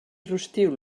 rostiu